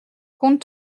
compte